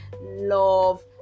love